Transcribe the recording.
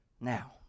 now